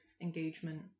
engagement